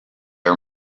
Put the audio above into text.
are